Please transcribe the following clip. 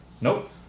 Nope